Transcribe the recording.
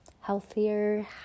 healthier